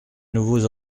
nouveaux